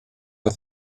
are